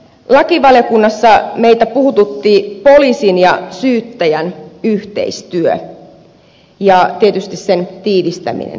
lakivaliokunnassa meitä puhutti poliisin ja syyttäjän yhteistyö ja tietysti sen tiivistäminen